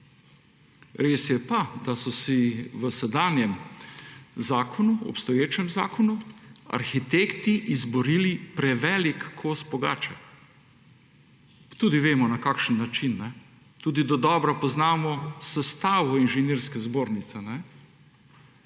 Res je pa, da so si v sedanjem zakonu, obstoječem zakonu, arhitekti izborili prevelik kos pogače. Tudi vemo, na kakšen način. Tudi dodobra poznamo sestavo Inženirske zbornice.